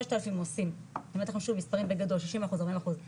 6,000 עושים, מספרים בגדול, 60% 40% סולד,